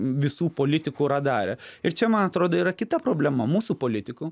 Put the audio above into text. visų politikų radare ir čia man atrodo yra kita problema mūsų politikų